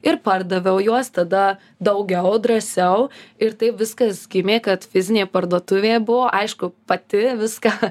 ir pardaviau juos tada daugiau drąsiau ir taip viskas gimė kad fizinė parduotuvė buvo aišku pati viską